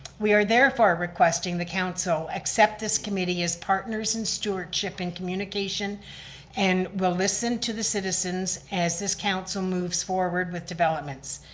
we are therefore requesting the council accept this committee as partners in stewardship in communication and will listen to the citizens as this council moves forward with developments.